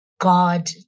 God